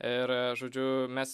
ir žodžiu mes